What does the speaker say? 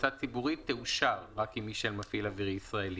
טיסה ציבורית תאושר רק אם מי שמפעיל אווירי ישראלי.